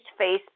Facebook